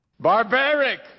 Barbaric